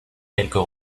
quelques